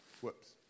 Whoops